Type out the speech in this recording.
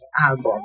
album